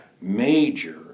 major